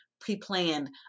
pre-planned